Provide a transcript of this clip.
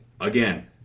again